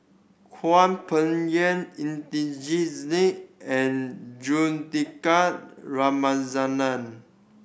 Hwang Peng Yuan Singh and Juthika Ramanathan